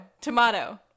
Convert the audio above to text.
tomato